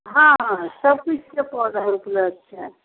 हँ हँ सभ कुछके पौधा उपलब्ध छै